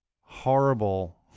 horrible